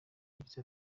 yagize